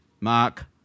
Mark